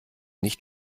nicht